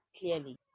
clearly